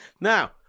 Now